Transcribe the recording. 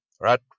right